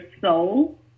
soul